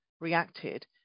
reacted